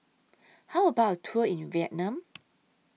How about A Tour in Vietnam